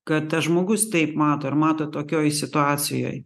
kad tas žmogus taip mato ir mato tokioj situacijoj